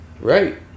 right